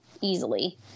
easily